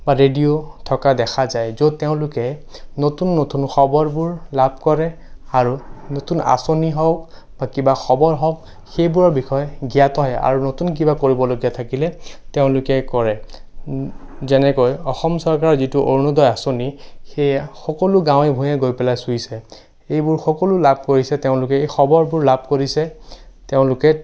বা ৰেডিঅ' থকা দেখা যায় য'ত তেওঁলোকে নতুন নতুন খবৰবোৰ লাভ কৰে আৰু নতুন আঁচনি হওক বা কিবা খবৰ হওক সেইবোৰৰ বিষয়ে জ্ঞাত হয় আৰু নতুন কিবা কৰিবলগীয়া থাকিলে তেওঁলোকে কৰে যেনেকৈ অসম চৰকাৰৰ যিটো অৰুণোদয় আঁচনি সেয়ে সকলো গাঁৱে ভূঞে গৈ পেলাই চুইছে এইবোৰ সকলো লাভ কৰিছে তেওঁলোকে এই খবৰবোৰ লাভ কৰিছে তেওঁলোকে